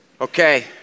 Okay